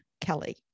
Kelly